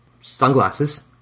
sunglasses